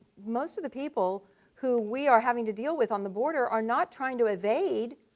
most of the people who we are having to deal with on the border are not trying to evade,